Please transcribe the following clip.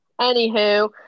Anywho